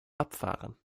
abfahren